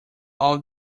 all